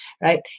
right